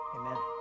Amen